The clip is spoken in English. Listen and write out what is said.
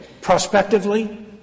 prospectively